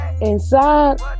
inside